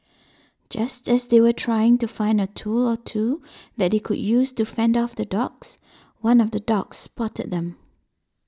just as they were trying to find a tool or two that they could use to fend off the dogs one of the dogs spotted them